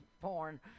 porn